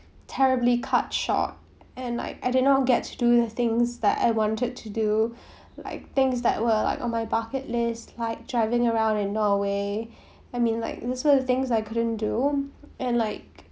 terribly cut short and I I did not get to the things that I wanted to do like things that were like on my bucket list like driving around in norway I mean like that's one of the things I couldn't do and like